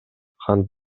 кан